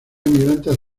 inmigrantes